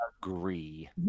agree